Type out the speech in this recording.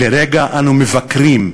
לרגע אנו מבכרים,